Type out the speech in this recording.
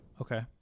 Okay